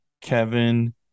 Kevin